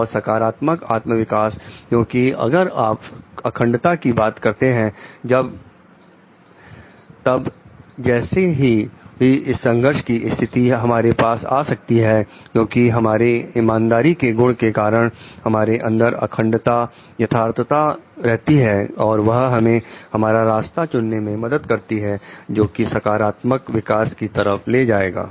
और सकारात्मक आत्म विकास क्योंकि अगर आप अखंडता की बात करते हैं तब जैसी भी संघर्ष की स्थिति हमारे पास आ सकती है क्योंकि हमारे ईमानदारी के गुण के कारण हमारे अंदर अखंडता यथार्थ रहती है और वह हमें हमारा रास्ता चुनने में मदद करती है जोकि सकारात्मक आत्म विकास की तरफ ले जाएगा